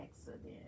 accident